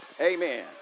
Amen